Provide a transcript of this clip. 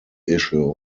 issue